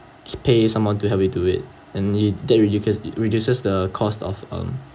pay someone to help you do it and it that really cause it reduces the cost of um